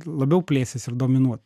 labiau plėstis ir dominuo